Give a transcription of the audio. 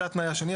זה התנאי השני.